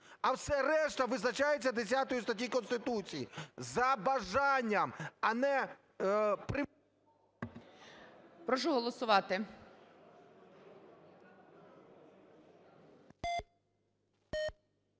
А все решта визначається 10 статтею Конституції, за бажанням, а не… ГОЛОВУЮЧИЙ. Прошу голосувати.